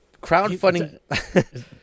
crowdfunding